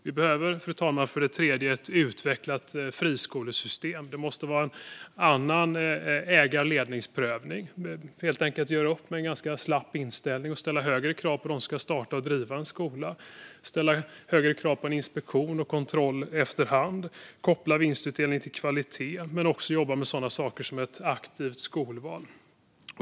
Vi behöver för det tredje, fru talman, ett utvecklat friskolesystem. Det måste vara en annan ägar och ledningsprövning. Vi måste helt enkelt göra upp med en ganska slapp inställning och ställa högre krav på dem som ska starta och driva en skola. Vi måste ställa högre krav på inspektion och kontroll efter hand och koppla vinstutdelning till kvalitet, men också jobba med sådana saker som ett aktivt skolval.